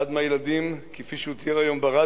אחד מהילדים, כפי שהוא תיאר היום ברדיו,